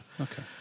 Okay